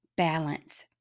Balance